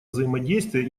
взаимодействия